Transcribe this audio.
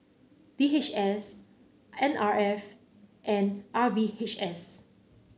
D H S N R F and R V H S